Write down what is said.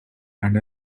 and